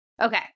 Okay